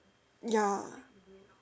ya